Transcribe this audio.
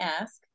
ask